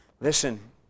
Listen